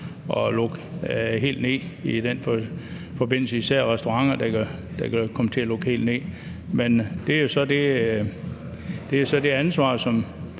at lukke helt ned i den forbindelse. Det er især restauranter, der kan komme til at lukke helt ned. Det er så et ansvar, som